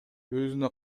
өзүнө